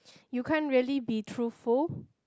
you can't really be truthful